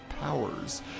powers